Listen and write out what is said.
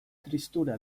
tristura